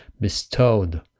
bestowed